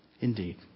indeed